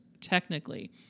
technically